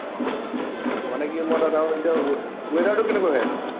অঁ মই মানে কি মই তাত আৰু এতিয়া ৱেডাৰটো কেনেকুৱা হৈ আছে তাত